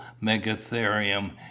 megatherium